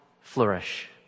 flourish